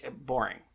boring